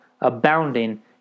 abounding